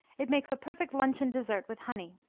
it makes a perfect luncheon dessert with honey.